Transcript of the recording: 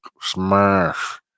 smash